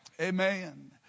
Amen